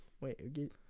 Wait